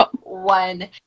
one